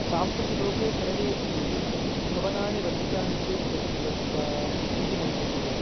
साम्प्रति लोके सर्वेऽपि भवनानि वर्धितानि चेत् जगत् वर्धिता इति मन्यन्ते